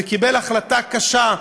וקיבל החלטה קשה,